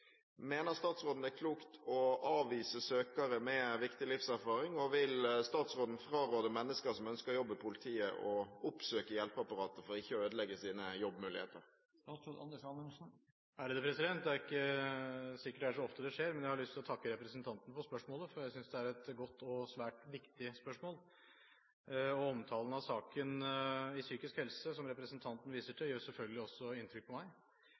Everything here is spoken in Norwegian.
Mener statsråden det er klokt å avvise søkere med viktig livserfaring, og vil statsråden fraråde mennesker som ønsker jobb i politiet å oppsøke hjelpeapparatet for ikke å ødelegge sine jobbmuligheter?» Det er ikke sikkert det er så ofte det skjer, men jeg har lyst til å takke representanten for spørsmålet, for jeg synes det er et godt og svært viktig spørsmål. Omtalen av saken i Psykisk helse som representanten viser til, gjør selvfølgelig også inntrykk på meg.